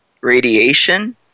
radiation